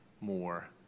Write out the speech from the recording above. more